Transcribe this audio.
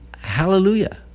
hallelujah